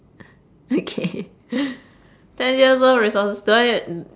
okay ten years worth of resources do I get